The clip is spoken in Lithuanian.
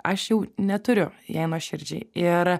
aš jau neturiu jei nuoširdžiai ir